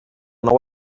nou